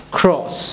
cross